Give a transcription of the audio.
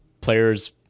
players